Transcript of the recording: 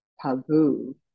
taboo